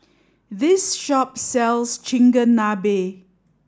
this shop sells Chigenabe